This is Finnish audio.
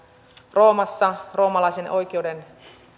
roomassa roomalaisen oikeuden